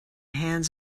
hands